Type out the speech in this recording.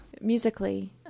Musically